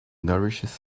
nourishes